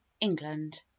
England